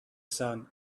sun